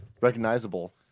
recognizable